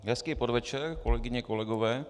Hezký podvečer, kolegyně, kolegové.